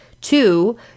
Two